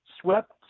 swept